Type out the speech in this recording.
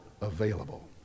available